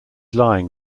lying